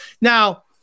Now